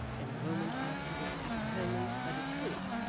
in a moment afterwards he determined that it could,